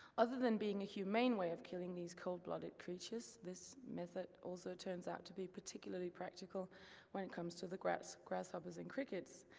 other than being a humane way of killing these cold-blooded creatures, this method also turns out to be particularly practical when it comes to the grasshoppers grasshoppers and crickets,